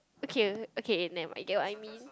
okay okay never mind get what I mean